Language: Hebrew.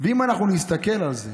אם אנחנו נסתכל על זה